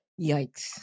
Yikes